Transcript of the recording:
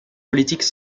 politiques